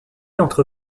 entre